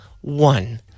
one